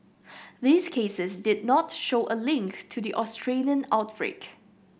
these cases did not show a link to the Australian outbreak